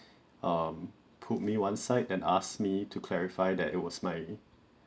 um put me one side then asked me to clarify that it was my